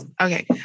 okay